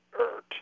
Earth